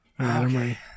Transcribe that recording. Okay